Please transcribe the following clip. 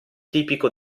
tipico